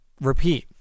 repeat